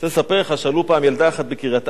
אני רוצה לספר לך, שאלו פעם ילדה אחת בקריית-ארבע: